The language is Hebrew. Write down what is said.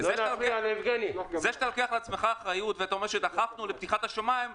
זה שאתה לוקח על עצמך אחריות ואתה אומר שדחפנו לפתיחת השניים,